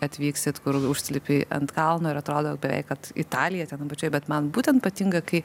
atvyksit kur užsilipi ant kalno ir atrodo beveik kad italija ten apačioj bet man būtent patinka kai